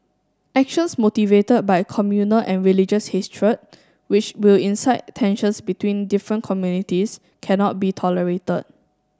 actions motivated by communal and religious history which will incite tensions between different communities cannot be tolerated